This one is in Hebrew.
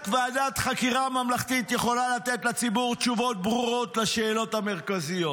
רק ועדת חקירה ממלכתית יכולה לתת לציבור תשובות ברורות לשאלות המרכזיות,